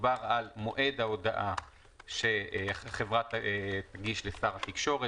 מדובר על מועד ההודעה שהחברה תגיש לשר התקשורת.